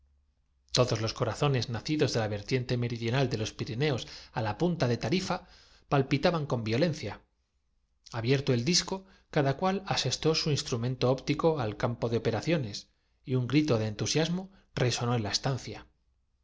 todos los corazones nacidos de la vertiente meri por piedad vociferaba sabina ya que se ha dional de los pirineos á la punta de tarifa palpitaban encargado usted de nuestra rehabilitación que se la con violencia abierto el disco cada cual asestó su debamos completa instrumento óptico al campo de operaciones y un grito lo que solicitan es imposible yo las restituiré á de entusiasmo resonó en la estancia